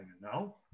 no